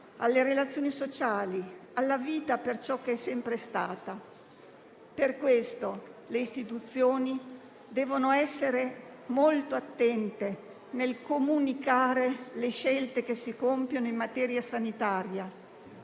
alle relazioni sociali, alla vita per ciò che è sempre stata. Per questo le istituzioni devono essere molto attente nel comunicare le scelte che si compiono in materia sanitaria,